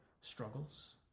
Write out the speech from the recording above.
struggles